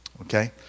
Okay